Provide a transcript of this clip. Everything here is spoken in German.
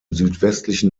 südwestlichen